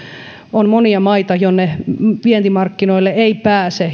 on monia maita joiden vientimarkkinoille ei pääse